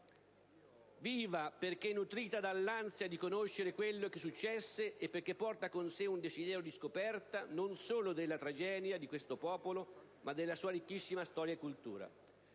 viva, perché nutrita dall'ansia di conoscere quello che successe e perché porta con sé un desiderio di scoperta non solo della tragedia di questo popolo ma della sua ricchissima storia e cultura.